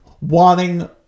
Wanting